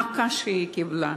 המכה שהיא קיבלה,